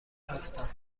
هستم